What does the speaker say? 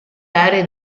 aree